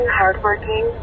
hardworking